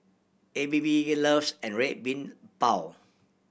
A B B loves an Red Bean Bao